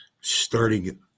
Starting